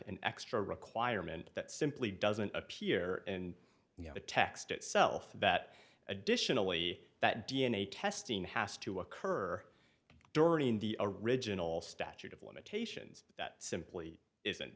an extra requirement that simply doesn't appear and you know the text itself that additionally that d n a testing has to occur during the original statute of limitations that simply isn't